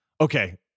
Okay